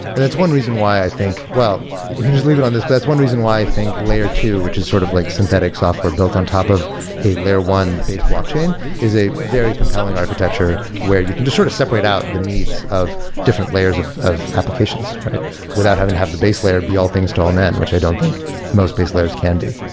and that's one reason why i think well just leave it on this. but that's one reason why i think layer two, which is sort of like synthetic software built on top of a layer one base blockchain is a very compelling architecture where you can just sort of separate out the needs of different layers of of applications without having to have the base layer be all things to all men, which i don't think most base layers can be.